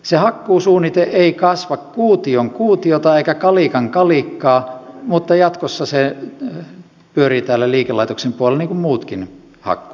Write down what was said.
se hakkuusuunnite ei kasva kuution kuutiota eikä kalikan kalikkaa mutta jatkossa se pyörii täällä liikelaitoksen puolella niin kuin muutkin hakkuut